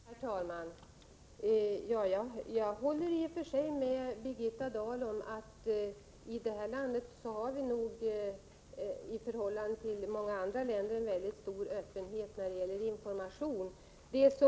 Herr talman! Jag håller i och för sig med Birgitta Dahl om att vi i vårt land har en i förhållande till vad som är fallet i många andra länder mycket stor öppenhet när det gäller information.